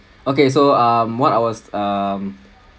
okay so um what I was um